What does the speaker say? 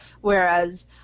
Whereas